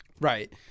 right